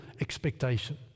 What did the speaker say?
expectation